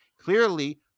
Clearly